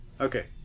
okay